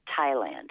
Thailand